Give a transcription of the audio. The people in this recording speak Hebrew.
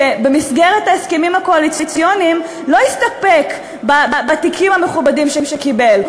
שבמסגרת ההסכמים הקואליציוניים לא הסתפק בתיקים המכובדים שקיבל.